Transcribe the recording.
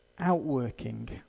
outworking